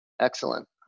Excellent